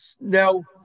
Now